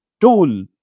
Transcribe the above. tool